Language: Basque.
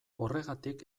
horregatik